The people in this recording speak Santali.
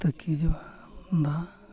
ᱛᱟᱹᱠᱤᱡᱚᱜᱼᱟ ᱫᱟᱜ